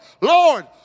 Lord